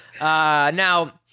Now